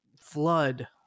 flood